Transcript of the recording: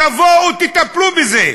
תבואו ותטפלו בזה,